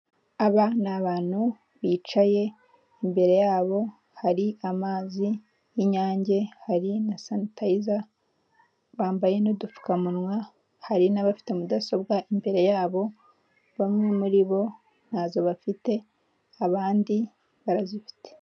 Aba ni abantu bicaye imbere yabo hari amazi y'inyange hari na sanitayiza bambaye n'udupfukamunwa hari n'abafite mudasobwa imbere yabo bamwe muri bo ntazo bafite abandi barazifite.